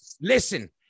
Listen